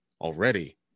already